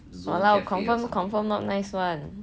!walao! confirm not nice [one]